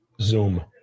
Zoom